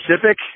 Pacific